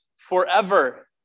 forever